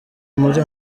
muri